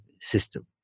system